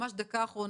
ממש דקה אחרונה.